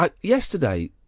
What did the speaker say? Yesterday